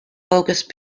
focused